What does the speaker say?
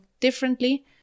differently